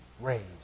raised